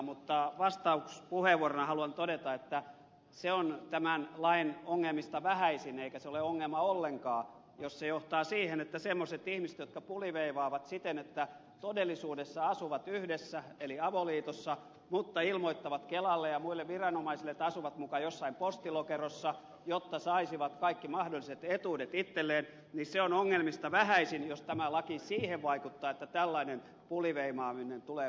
mutta vastauspuheenvuorona haluan todeta että se on tämän lain ongelmista vähäisin eikä se ole ongelma ollenkaan jos tämä laki johtaa siihen että semmoisten ihmisten puliveivaaminen tulee vaikeammaksi jotka todellisuudessa asuvat yhdessä eli avoliitossa mutta ilmoittavat kelalle ja muille viranomaisille että asuvat muka jossain postilokerossa jotta saisivat kaikki mahdolliset etuudet kiittelee vision ongelmista vähäisin omalakisia vaikuttaa tällainen puliveivaaminen itselleen